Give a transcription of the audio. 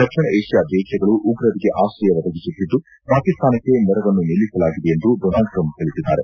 ದಕ್ಷಿಣ Asia ದೇಶಗಳು ಉಗ್ರರಿಗೆ ಆಶ್ರಯ ಒದಗಿಸುತ್ತಿದ್ದು ಪಾಕಿಸ್ತಾನಕ್ಕೆ ನೆರವನ್ನು ನಿಲ್ಲಿಸಲಾಗಿದೆ ಎಂದು ಡೊನಾಲ್ಡ್ ಟ್ರಂಪ್ ತಿಳಿಸಿದ್ದಾರೆ